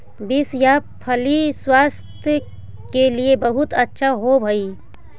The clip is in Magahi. बींस या फली स्वास्थ्य के लिए बहुत अच्छा होवअ हई